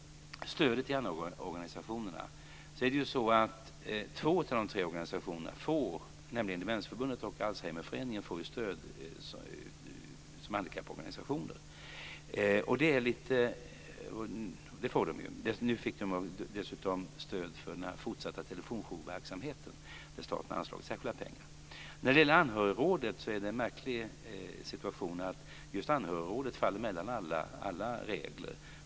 Sedan var det stödet till anhörigorganisationerna. Alzheimerföreningen, får stöd i egenskap av handikapporganisationer. Nu har de dessutom fått stöd för fortsatt telefonjourverksamhet. Staten har anslagit särskilda pengar för detta. Det är en märklig situation när det gäller Anhörigrådet. Anhörigrådet faller mellan alla regler.